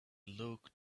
looked